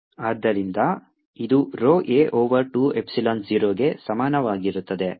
ಆದ್ದರಿಂದ ಇದು rho a over 2 epsilon 0 ಗೆ ಸಮಾನವಾಗಿರುತ್ತದೆ